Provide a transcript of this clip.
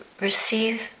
receive